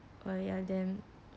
oh ya